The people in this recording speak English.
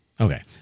Okay